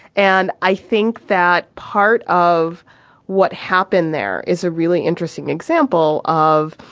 and i think that part of what happened there is a really interesting example of